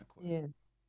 Yes